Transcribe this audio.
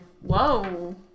whoa